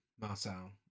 Marcel